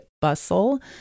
bustle